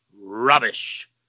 Rubbish